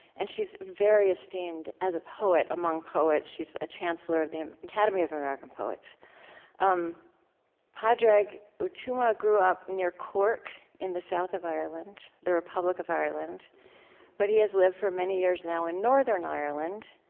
and she's very esteemed as a poet among poets. she's a chancellor of the academy of american poets um padraig padraig o tuama grew up near cork, in the south of ireland the republic of ireland but he has lived, for many years now in northern ireland,